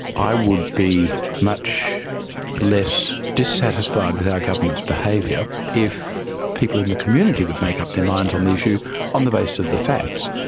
i would be much less dissatisfied with our government's behaviour if people in the community could make up their minds on the issue on the basis of the facts.